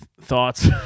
Thoughts